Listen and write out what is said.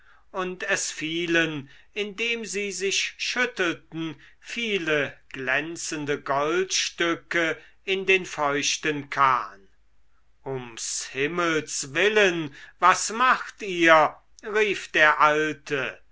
und es fielen indem sie sich schüttelten viele glänzende goldstücke in den feuchten kahn um s himmels willen was macht ihr rief der alte